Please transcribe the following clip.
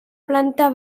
planta